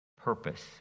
purpose